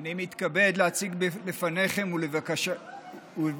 אני מתכבד להציג בפניכם ולבקשכם,